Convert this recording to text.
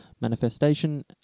manifestation